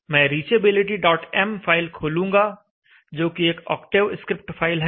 मैं reachabilitym file खोलूंगा जो कि एक ऑक्टेव स्क्रिप्ट फाइल है